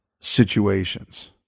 situations